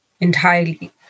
entirely